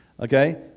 okay